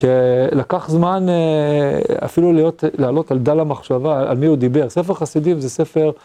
לקח זמן אפילו להיות, לעלות על דל המחשבה, על מי הוא דיבר, ספר חסידים זה ספר